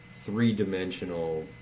three-dimensional